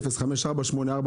05484,